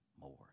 more